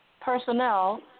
personnel